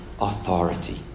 authority